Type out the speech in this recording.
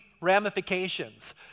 ramifications